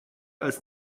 als